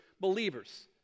believers